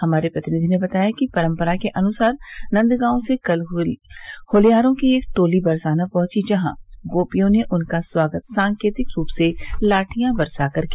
हमारे प्रतिनिधि ने बताया कि परंपरा के अनुसार नंदगांव से कल हुरियारों की टोली बरसाना पहुंची जहां गोपियों ने उनका स्वागत सांकेतिक रूप से लाठियां बरसाकर किया